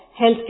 healthcare